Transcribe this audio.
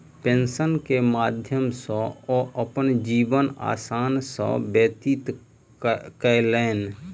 pension के माध्यम सॅ ओ अपन जीवन आसानी सॅ व्यतीत कयलैन